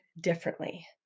differently